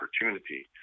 opportunity